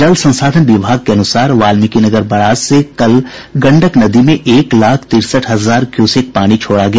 जल संसाधन विभाग के अनुसार वाल्मीकिनगर बराज से कल गंडक नदी में एक लाख तिरसठ हजार क्यूसेक पानी छोड़ा गया